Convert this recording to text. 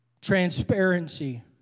transparency